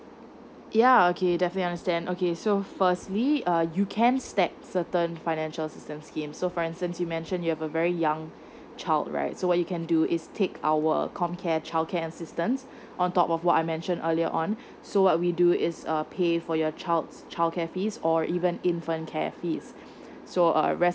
ya okay definitely understand okay so firstly uh you can take certain financial systems scheme so for instance you mention you have a very young child right so you can do is take our uh com care childcare assistance on top of what I mentioned earlier on so what we do is err pay for your child's childcare fees or even infant care fees so uh rest